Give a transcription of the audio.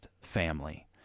family